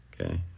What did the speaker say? Okay